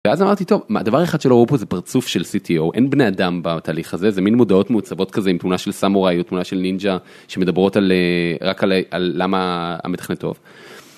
ואז אמרתי טוב, הדבר אחד שלא ראו פה זה פרצוף של CTO, אין בני אדם בתהליך הזה, זה מין מודעות מעוצבות כזה עם תמונה של סמוראי או תמונה של נינג'ה שמדברות רק על למה המתכנת טוב.